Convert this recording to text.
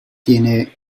tiene